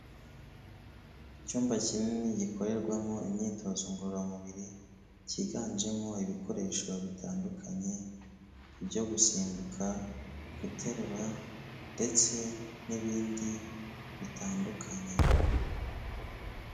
Icyumba kinini gikorerwamo imyitozo ngororamubiri, cyiganjemo ibikoresho bitandukanye byo gusimbuka, guterura ndetse n'ibindi bitandukanye.